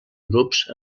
grups